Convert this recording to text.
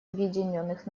объединенных